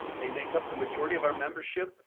they make up the majority of our membership,